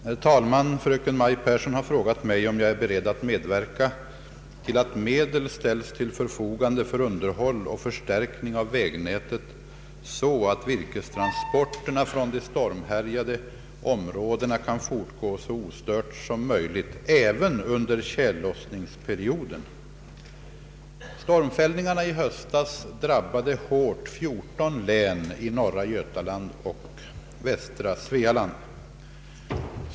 Herr talman! Fröken Maj Pehrsson har frågat mig om jag är beredd att medverka till att medel ställs till förfogande för underhåll och förstärkning av vägnätet så att virkestransporterna från de stormhärjade områdena kan fortgå så ostört som möjligt, även under tjällossningsperioden. Stormfällningarna i höstas drabbade hårt fjorton län i norra Götaland och västra Svealand.